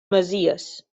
masies